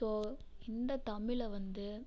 so இந்த தமிழ் வந்து